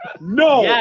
no